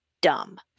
dumb